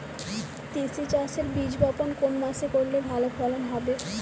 তিসি চাষের বীজ বপন কোন মাসে করলে ভালো ফলন হবে?